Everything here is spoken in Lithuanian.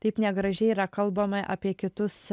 taip negražiai yra kalbama apie kitus